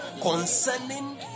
concerning